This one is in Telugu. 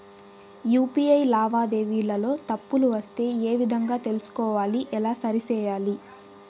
యు.పి.ఐ లావాదేవీలలో తప్పులు వస్తే ఏ విధంగా తెలుసుకోవాలి? ఎలా సరిసేయాలి?